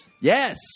Yes